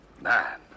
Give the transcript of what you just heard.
Man